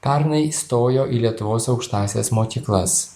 pernai įstojo į lietuvos aukštąsias mokyklas